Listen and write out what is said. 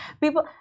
people